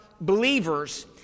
...believers